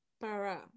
para